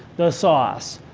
the sauce,